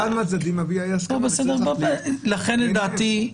לכן לדעתי,